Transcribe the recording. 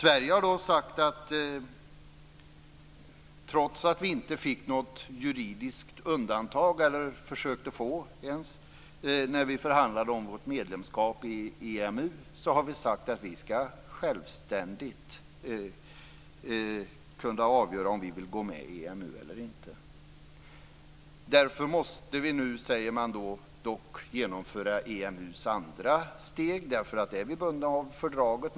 Vi från Sverige har, trots att vi inte fick något juridiskt undantag eller ens försökte få det när vi förhandlade om vårt medlemskap i EMU, sagt att vi självständigt skall kunna avgöra om vi vill gå med i EMU eller inte. Därför måste vi nu, sägs det, dock genomföra EMU:s andra steg, eftersom vi i fråga om detta är bundna av fördraget.